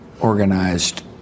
organized